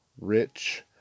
rich